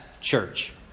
church